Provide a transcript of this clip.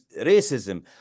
racism